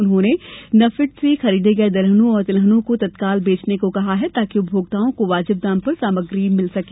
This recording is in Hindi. उन्होंने नाफेड से खरीदे गए दलहनों और तिलहनों को तत्कांल बेचने को कहा है ताकि उपभोक्ताओं को वाजिब दाम पर सामग्री मिलती रहे